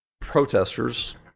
protesters